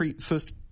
first